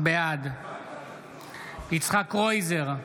בעד יצחק קרויזר,